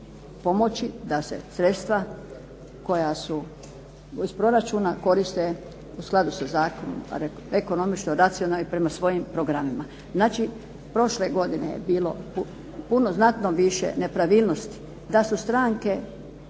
da se sredstva koja su iz proračuna koriste u skladu sa zakonom ekonomično, racionalno i prema svojim programima. Znači, prošle godine je bilo puno znatno više nepravilnosti da su stranke